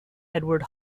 edward